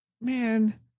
man